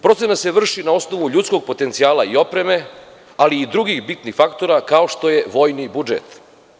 Procena se vrši na osnovu ljudskog potencijala i opreme, ali i drugih bitnih faktora kao što je vojni budžet.